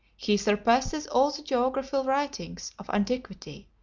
he surpasses all the geographical writings of antiquity,